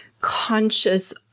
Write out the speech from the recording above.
conscious